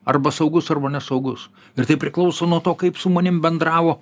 arba saugus arba nesaugus ir tai priklauso nuo to kaip su manim bendravo